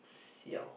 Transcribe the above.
siao